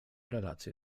relacje